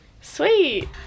sweet